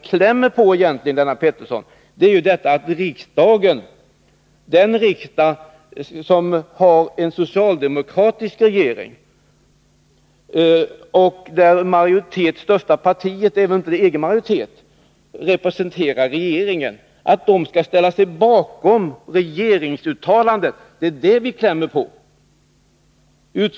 Vad vi egentligen trycker på, Lennart Pettersson, det är att den riksdag, vars största parti, med nästan egen majoritet, representerar regeringen, skall ställa sig bakom regeringsuttalandet. Det är det vi klämmer på.